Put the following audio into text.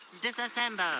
disassemble